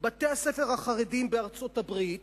בתי-הספר החרדיים בארצות-הברית